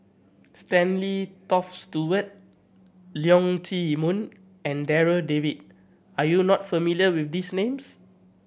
Stanley Toft Stewart Leong Chee Mun and Darryl David are you not familiar with these names